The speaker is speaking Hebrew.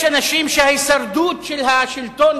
יש אנשים שההישרדות של השלטון,